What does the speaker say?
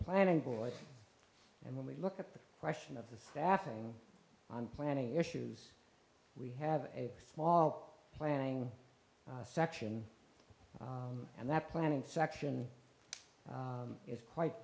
planning boys and when we look at the question of the staffing and planning issues we have a small planning section and that planning section is quite